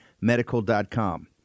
medical.com